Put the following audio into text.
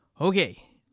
Okay